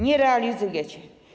Nie realizujecie.